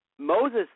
Moses